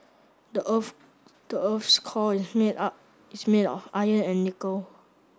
the earth the earth's core is made up is made of iron and nickel